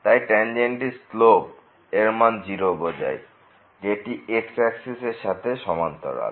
তাই ট্যানজেন্টটির শ্লোপ এর মান 0 বোঝায় যে এটি x অ্যাক্সিস এর সাথে সমান্তরাল